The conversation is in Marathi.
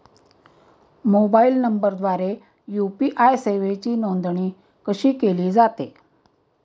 मोबाईल नंबरद्वारे यू.पी.आय सेवेची नोंदणी कशी केली जाते?